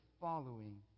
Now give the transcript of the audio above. Following